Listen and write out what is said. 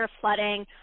flooding